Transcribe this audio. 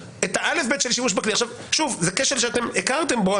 זה כשל שהכרתם בו,